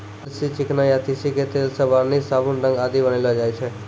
अलसी, चिकना या तीसी के तेल सॅ वार्निस, साबुन, रंग आदि बनैलो जाय छै